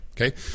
okay